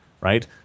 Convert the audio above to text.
right